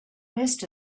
most